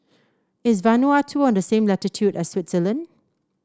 is Vanuatu on the same latitude as Switzerland